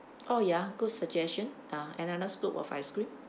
oh ya good suggestion another scoop of ice cream